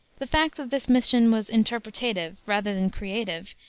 the fact that this mission was interpretative, rather than creative,